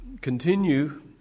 continue